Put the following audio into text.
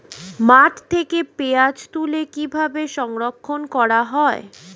মাঠ থেকে পেঁয়াজ তুলে কিভাবে সংরক্ষণ করা হয়?